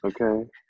Okay